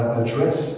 address